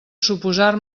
suposar